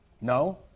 No